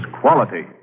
quality